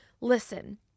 listen